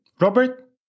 Robert